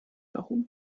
warum